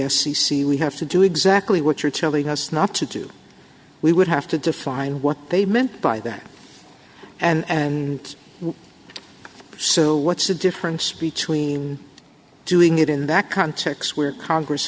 c we have to do exactly what you're telling us not to do we would have to define what they meant by that and so what's the difference between doing it in that context where congress